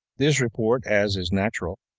this report, as is natural,